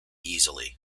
easily